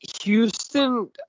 Houston